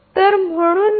तर म्हणूनच